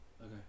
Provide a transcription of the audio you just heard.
Okay